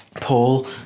Paul